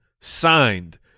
signed